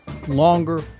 Longer